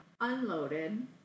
unloaded